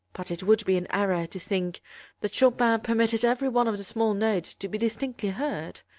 but it would be an error to think that chopin permitted every one of the small notes to be distinctly heard.